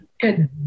Good